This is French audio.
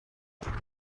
par